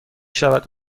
شود